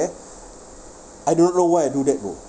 I don't know why I do that bro